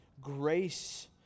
grace